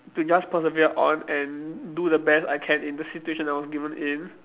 to just persevere on and do the best I can in the situation I was given in